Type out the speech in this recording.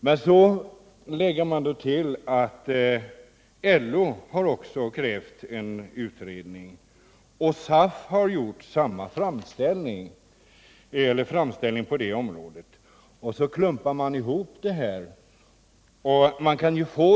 Sedan lägger man till att LO också krävt en utredning och att även SAF gjort en framställning på det området, och så klumpar man ihop det här.